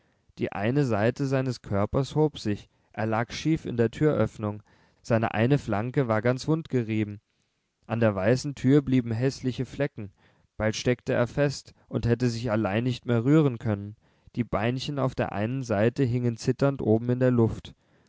die eine seite seines körpers hob sich er lag schief in der türöffnung seine eine flanke war ganz wundgerieben an der weißen tür blieben häßliche flecken bald steckte er fest und hätte sich allein nicht mehr rühren können die beinchen auf der einen seite hingen zitternd oben in der luft